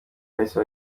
bahise